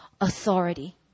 authority